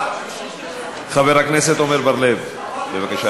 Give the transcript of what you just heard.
חבר הכנסת עמר בר-לב, בבקשה,